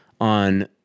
on